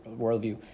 worldview